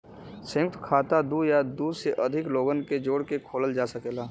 संयुक्त खाता दू या दू से अधिक लोगन के जोड़ के खोलल जा सकेला